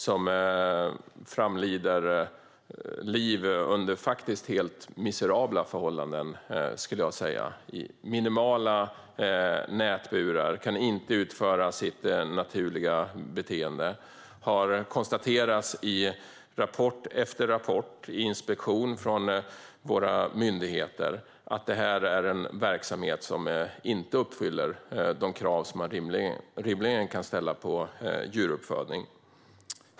De lever sina liv under helt miserabla förhållanden i minimala nätburar som inte tillåter deras naturliga beteende. I rapport efter rapport har våra inspekterande myndigheter konstaterat att detta inte är en verksamhet som uppfyller de krav som man rimligen kan ställa på djuruppfödning.